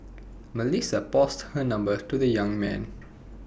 Melissa passed her numbers to the young man